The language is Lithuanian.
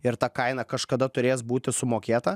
ir ta kaina kažkada turės būti sumokėta